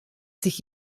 sich